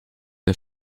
der